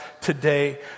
today